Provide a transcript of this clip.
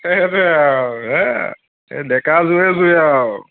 সেইটোয়েই আৰু হে ডেকাৰ জোৰেই জোৰেই আৰু